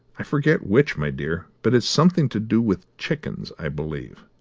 i forget which, my dear, but it's something to do with chickens, i believe.